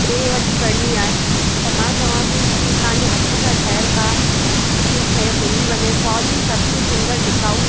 ॾे वठ करणी आहे त मां चवां पेई की तव्हांजे हथ सां ठहियल का सुठी शइ मिली वञे सवली सस्ती सुन्दर टिकाऊ